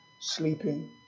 sleeping